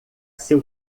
seu